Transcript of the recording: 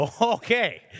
Okay